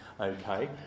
okay